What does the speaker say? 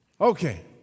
Okay